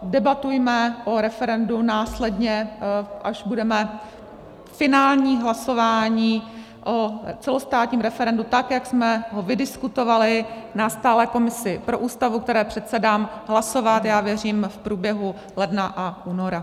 Debatujme o referendu následně, až budeme ve finálním hlasování o celostátním referendu, tak jak jsme ho vydiskutovali na stálé komisi pro Ústavu, které předsedám, hlasovat, já věřím, v průběhu ledna a února.